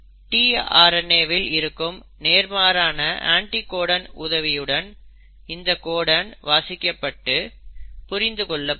tRNA வில் இருக்கும் நேர்மாறான அண்டிகோடன் உதவியுன் இந்த கோடன் வாசிக்கப்பட்டு புரிந்து கொள்ளப்படும்